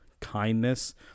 kindness